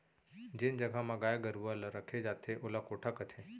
जेन जघा म गाय गरूवा ल रखे जाथे ओला कोठा कथें